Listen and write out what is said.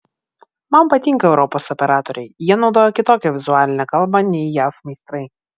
man patinka europos operatoriai jie naudoja kitokią vizualinę kalbą nei jav meistrai